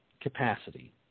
capacity